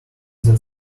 that